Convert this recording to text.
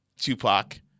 Tupac